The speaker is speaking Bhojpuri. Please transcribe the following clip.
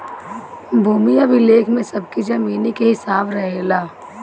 भूमि अभिलेख में सबकी जमीनी के हिसाब रहेला